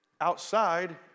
outside